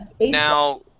now